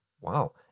Wow